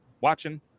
watching